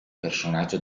personaggio